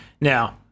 Now